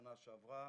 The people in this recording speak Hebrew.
בשנה שעברה